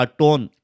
tone